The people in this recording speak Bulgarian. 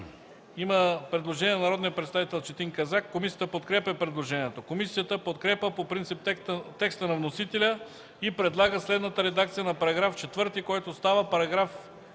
има предложение на народния представител Четин Казак. Комисията подкрепя предложението. Комисията подкрепя по принцип текста на вносителя и предлага следната редакция на § 4, който става § 2: „§ 2.